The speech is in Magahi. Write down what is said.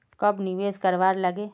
कब निवेश करवार लागे?